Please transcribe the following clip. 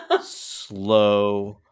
slow